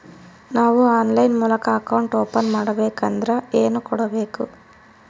ನಾವು ಆನ್ಲೈನ್ ಮೂಲಕ account open ಮಾಡಬೇಂಕದ್ರ ಏನು ಕೊಡಬೇಕು?